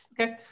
Okay